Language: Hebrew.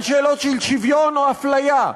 על שאלות של שוויון או אפליה.